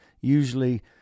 usually